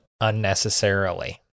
unnecessarily